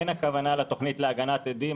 אין הכוונה לתוכנית להגנת עדים,